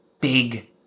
big